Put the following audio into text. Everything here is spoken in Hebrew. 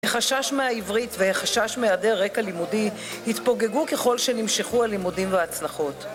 החשש מהעברית והחשש מהעדר רקע לימודי, התפוגגו ככל שנמשכו הלימודים וההצנחות.